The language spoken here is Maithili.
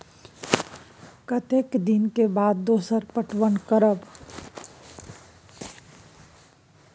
कतेक दिन के बाद दोसर पटवन करब?